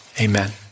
Amen